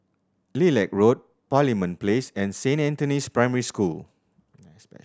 Lilac Road Parliament Place and Saint Anthony's Primary School